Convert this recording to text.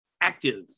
active